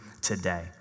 today